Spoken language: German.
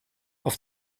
auf